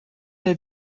der